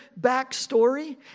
backstory